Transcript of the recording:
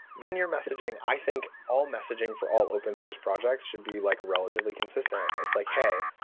then you're messaging i think all messaging for all open-source projects should be like relatively consistent. it's like, hey,